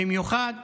במיוחד